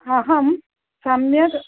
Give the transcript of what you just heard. अहं सम्यक्